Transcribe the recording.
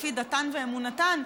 לפי דתן ואמונתן,